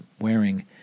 wearing